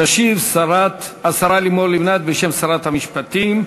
תשיב השרה לימור לבנת, בשם שרת המשפטים.